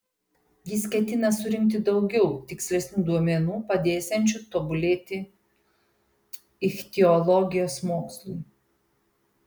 jis ketina surinkti daugiau tikslesnių duomenų padėsiančių tobulėti ichtiologijos mokslui